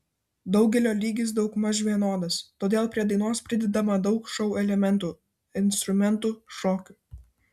daugelio lygis daugmaž vienodas todėl prie dainos pridedama daug šou elementų instrumentų šokių